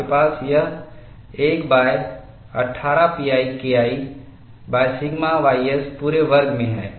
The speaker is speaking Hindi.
आपके पास यह 118 pi KI सिग्मा ys पूरे वर्ग में है